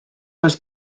oes